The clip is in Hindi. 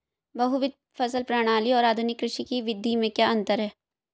बहुविध फसल प्रणाली और आधुनिक कृषि की विधि में क्या अंतर है?